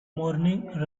morning